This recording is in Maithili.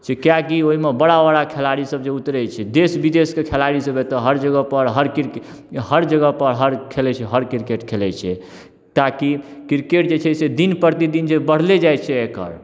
से किआकि ओहिमे बड़ा बड़ा खेलाड़ी सब जे उतरैत छै देश विदेशके खेलाड़ी सब एतऽ हर जगह पर हर क्रिके हर जगह पर हर खेलैत छै हर क्रिकेट खेलैत छै ताकि क्रिकेट जे छै से दिन प्रतिदिन जे बढ़ले जाइत छै एखन